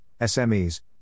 SMEs